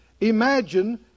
Imagine